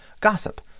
Gossip